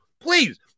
Please